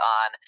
on